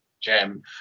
gem